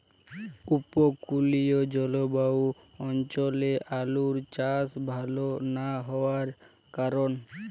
উপকূলীয় জলবায়ু অঞ্চলে আলুর চাষ ভাল না হওয়ার কারণ?